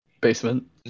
Basement